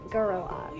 Gorilla